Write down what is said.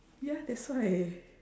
ya that's why